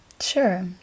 Sure